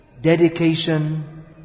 dedication